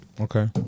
Okay